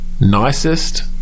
Nicest